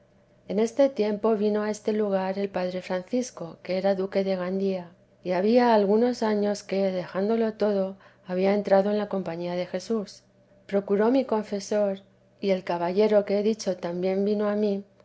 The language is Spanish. en este tiempo vino a este lugar el padre francisco que era duque de gandía y había algunos años que dejándolo todo había entrado en la compañía de jesús procuró mi confesor y el caballero que he dicho también vino a mí